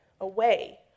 away